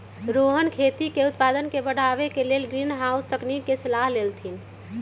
रोहन खेती के उत्पादन के बढ़ावे के लेल ग्रीनहाउस तकनिक के सलाह देलथिन